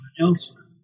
elsewhere